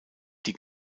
die